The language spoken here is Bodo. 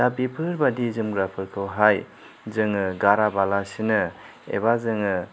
दा बेफोरबादि जोमग्राफोरखौहाय जोङो गाराबालासिनो एबा जोङो